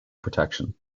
protection